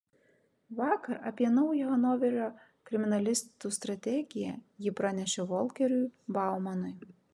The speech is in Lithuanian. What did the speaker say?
vakar apie naują hanoverio kriminalistų strategiją ji pranešė volkeriui baumanui